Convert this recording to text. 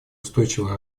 устойчивое